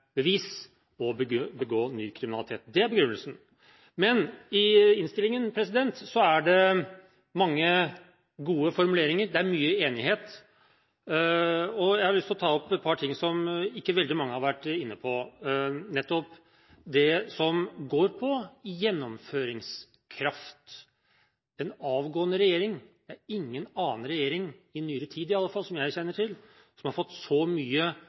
begå ny kriminalitet – det er begrunnelsen. I innstillingen er det mange gode formuleringer. Det er mye enighet. Jeg har lyst til å ta opp et par ting som ikke så veldig mange har vært inne på, nemlig det som går på gjennomføringskraft. Det er ingen annen regjering i nyere tid, i alle fall ikke som jeg kjenner til, som har fått så mye